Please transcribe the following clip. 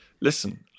Listen